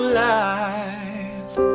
lies